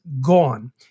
gone